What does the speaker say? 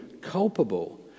culpable